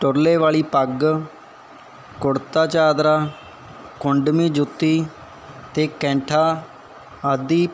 ਤੁਰਲੇ ਵਾਲੀ ਪੱਗ ਕੁੜਤਾ ਚਾਦਰਾ ਖੁੰਡਮੀ ਜੁੱਤੀ ਅਤੇ ਕੈਂਠਾ ਆਦਿ